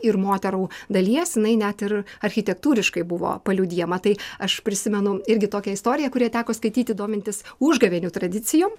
ir moterų dalies jinai net ir architektūriškai buvo paliudijama tai aš prisimenu irgi tokią istoriją kurią teko skaityti domintis užgavėnių tradicijom